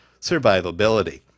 survivability